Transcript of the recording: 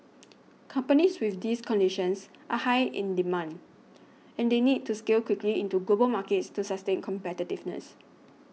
companies with these conditions are high in demand and they need to scale quickly into global markets to sustain competitiveness